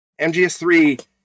MGS3